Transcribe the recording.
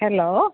hello